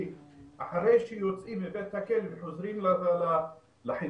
כי אחרי שיוצאים מבית הכלא וחוזרים לחברה